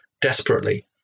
desperately